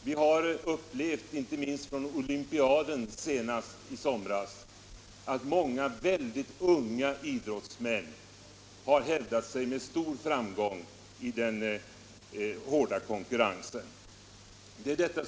Vi upplevde inte minst under den senaste olympiaden i somras, att många unga idrottsmän med stor framgång hävdade sig i den hårda konkurrensen.